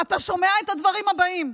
אתה שומע את הדברים הבאים,